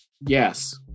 Yes